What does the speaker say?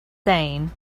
saying